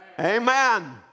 Amen